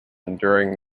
enduring